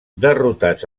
derrotats